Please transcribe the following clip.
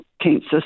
cancer